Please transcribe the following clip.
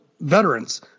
veterans